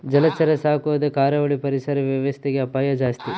ಜಲಚರ ಸಾಕೊದು ಕರಾವಳಿ ಪರಿಸರ ವ್ಯವಸ್ಥೆಗೆ ಅಪಾಯ ಜಾಸ್ತಿ